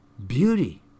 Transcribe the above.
Beauty